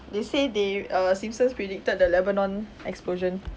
they say they err simpson's predicted the lebanon explosion